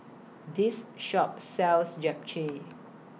This Shop sells Japchae